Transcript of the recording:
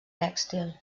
tèxtil